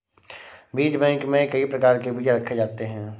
बीज बैंक में कई प्रकार के बीज रखे जाते हैं